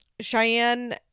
Cheyenne